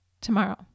tomorrow